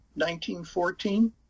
1914